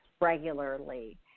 regularly